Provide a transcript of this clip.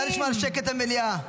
נא לשמור על שקט במליאה.